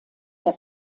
der